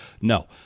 No